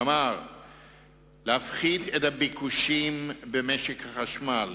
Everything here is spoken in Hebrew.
כלומר להפחית את הביקוש במשק החשמל.